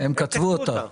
הם כתבו אותה.